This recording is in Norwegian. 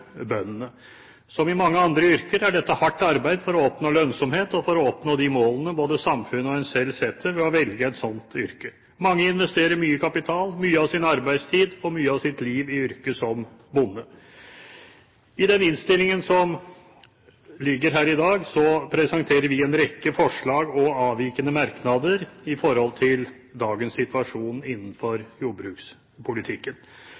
bøndene. Som i mange andre yrker er dette hardt arbeid for å oppnå lønnsomhet og for å oppnå de målene både samfunnet og en selv setter når en velger et slikt yrke. Mange investerer mye kapital, mye av sin arbeidstid og mye av sitt liv i yrket som bonde. I den innstillingen som ligger her i dag, presenterer vi en rekke forslag og avvikende merknader i forhold til dagens situasjon